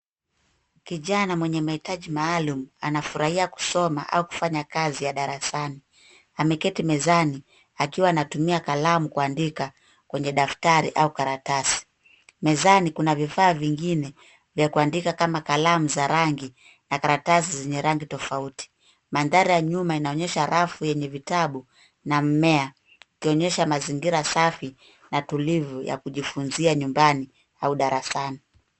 Kijana mwenye mahitaji maalum anafurahia kusoma au kufanya kazi ya darasani. Ameketi mezani akiwa anatumia kalamu kuandika kwenye daftari au karatasi. Mezani kuna vifaa vingine vya kuandika kama vile kalamu za rangi na karatasi zenye rangi tofauti. Mandhari ya nyuma inaonyesha rafu yenye vitabu na mmea ikionyesha mazingira safi na tulivu ya kujifunzia nyumbani au darasani.